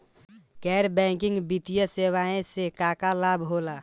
गैर बैंकिंग वित्तीय सेवाएं से का का लाभ होला?